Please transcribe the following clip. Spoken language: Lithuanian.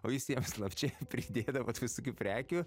o jūs jiems slapčia pridėdavot visokių prekių